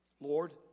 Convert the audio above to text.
Lord